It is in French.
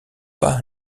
pas